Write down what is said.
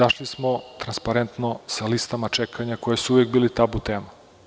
Izašli smo transparentno sa listama čekanja koje su uvek bile tabu tema.